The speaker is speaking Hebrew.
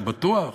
זה בטוח,